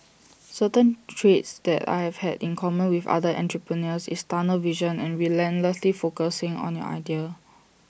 certain traits that I have had in common with other entrepreneurs is tunnel vision and relentlessly focusing on your idea